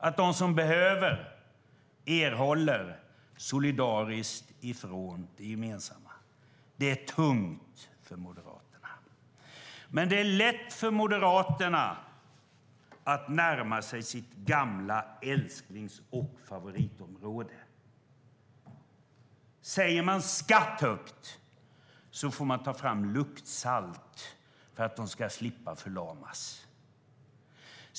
Att de som behöver det solidariskt erhåller det från det gemensamma, det är tungt för Moderaterna. Men det är lätt för Moderaterna att närma sig sitt gamla älsklings och favoritområde. Säger man "skatt" högt får man ta fram luktsalt för att de ska slippa förlamas.